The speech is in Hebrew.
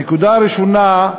הנקודה הראשונה,